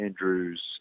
Andrew's